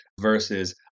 versus